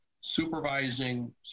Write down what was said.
supervising